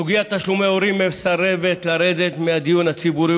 סוגיית תשלומי הורים מסרבת לרדת מהדיון הציבורי,